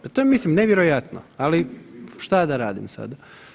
Pa to je mislim nevjerojatno, ali što da radim sada.